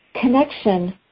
connection